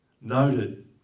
noted